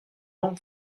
m’en